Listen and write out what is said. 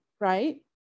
right